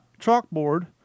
chalkboard